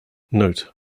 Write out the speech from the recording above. note